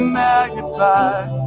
magnified